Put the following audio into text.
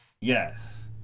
Yes